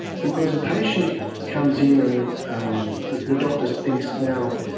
because a patient comes in and um the doctor thinks, now,